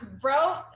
Bro